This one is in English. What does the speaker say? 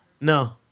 No